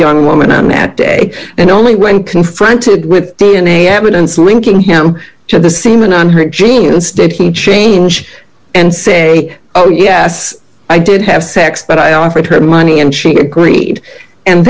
young woman on that day and only when confronted with d n a evidence linking him to the semen on her jeans did he change and say oh yes i did have sex but i offered her money and she agreed and